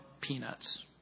Peanuts